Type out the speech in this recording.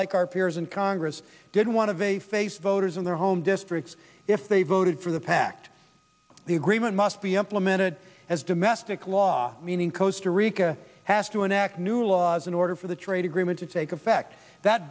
like our peers in congress did want of a face voters in their home districts if they voted for the pact the agreement must be implemented as domestic law meaning kosta rica has to enact new laws in order for the trade agreement to take effect that